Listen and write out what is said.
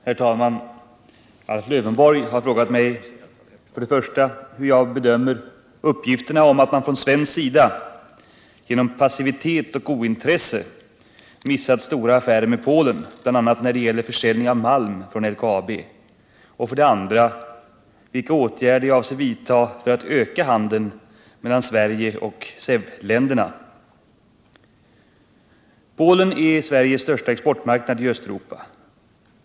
Herr talman! Alf Lövenborg har frågat mig 1. hur jag bedömer uppgifterna om att man från svensk sida, genom passivitet och ointresse, missat stora affärer med Polen, bl.a. när det gäller försäljning av malm från LKAB, 2. vilka åtgärder jag avser att vidta för att öka handeln mellan Sverige och SEV-länderna. Polen är Sveriges största exportmarknad i Östeuropa.